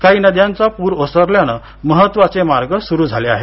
काही नद्यांचा पूर ओसरल्याने महत्वाचे मार्ग सुरु झाले आहेत